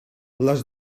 les